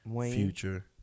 future